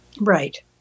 Right